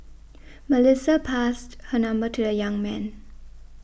Melissa passed her number to a young man